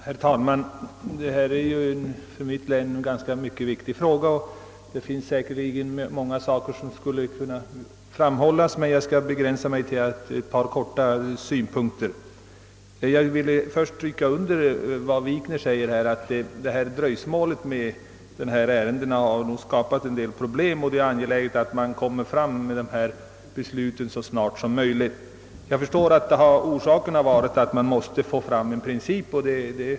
Herr talman! Detta är en för mitt län mycket viktig fråga, men jag skall nu begränsa mig till ett par synpunkter. Först vill jag stryka under vad herr Wikner sade om att dröjsmål med ärendena skapat problem. Jag förstår väl att orsaken varit att man måste få fram en princip.